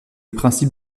principe